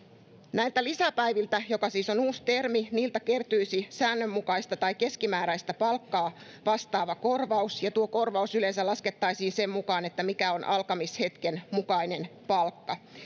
näiltä lisäpäiviltä joka siis on uusi termi kertyisi säännönmukaista tai keskimääräistä palkkaa vastaava korvaus tuo korvaus laskettaisiin yleensä sen mukaan mikä on alkamishetken mukainen palkka